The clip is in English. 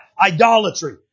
idolatry